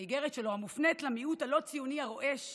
שמופנית למיעוט הלא-ציוני הרועש